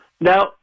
Now